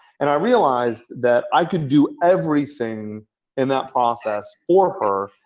and i realized that i can do everything in that process for her,